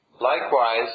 Likewise